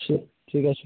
ঠিক আছে